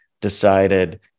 decided